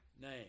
name